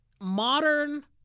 modern